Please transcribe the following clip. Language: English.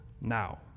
now